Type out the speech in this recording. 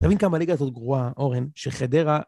תבין כמה הליגה הזאת גרועה, אורן, שחדרה.